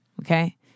Okay